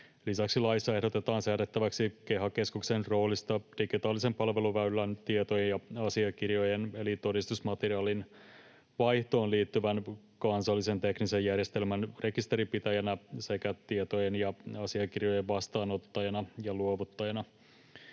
Lisäksi laissa ehdotetaan säädettäväksi KEHA-keskuksen roolista digitaalisen palveluväylän tietojen ja asiakirjojen eli todistusmateriaalin vaihtoon liittyvän kansallisen teknisen järjestelmän rekisterinpitäjänä sekä tietojen ja asiakirjojen vastaanottajana ja luovuttajana.